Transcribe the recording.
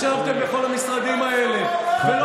ישבתם בכל המשרדים האלה, עם מנסור עבאס.